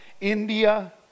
India